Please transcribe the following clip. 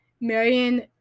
Marion